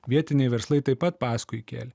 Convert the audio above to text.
vietiniai verslai taip pat paskui kėlė